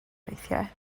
weithiau